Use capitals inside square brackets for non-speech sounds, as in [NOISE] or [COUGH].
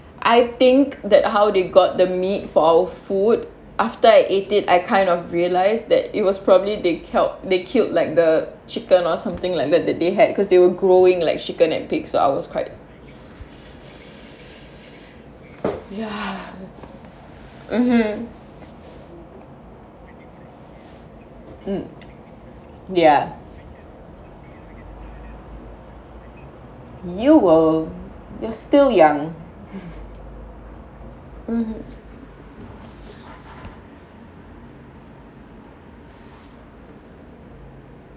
I think that how they got the meat for our food after I ate it I kind of realised that it was probably they killed they killed like the chicken or something like that that they had cause they were growing like chicken and pig so I was quite ya mmhmm mm ya you will you're still young [LAUGHS] mmhmm